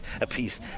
apiece